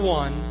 one